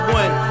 one